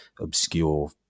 obscure